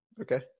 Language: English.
Okay